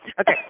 Okay